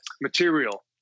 material